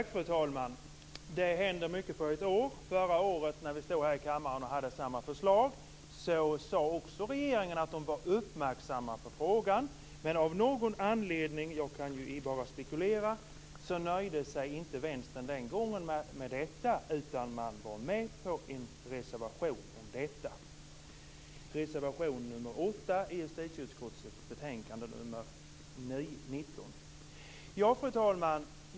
Fru talman! Det händer mycket på ett år. Förra året när vi stod här i kammaren och hade samma förslag sade också regeringen att man var uppmärksam på frågan. Men av någon anledning - jag kan bara spekulera i vilken - nöjde sig inte Vänstern den gången med detta utan man var med på en reservation, nr 8, till justitieutskottets betänkande 19. Fru talman!